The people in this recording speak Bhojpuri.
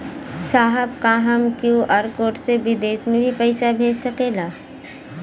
साहब का हम क्यू.आर कोड से बिदेश में भी पैसा भेज सकेला?